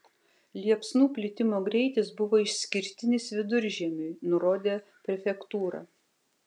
liepsnų plitimo greitis buvo išskirtinis viduržiemiui nurodė prefektūra